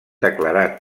declarat